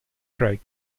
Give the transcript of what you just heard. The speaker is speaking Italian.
craig